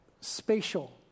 spatial